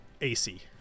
AC